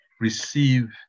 receive